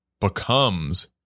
becomes